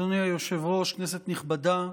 אדוני היושב-ראש, כנסת נכבדה,